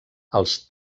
els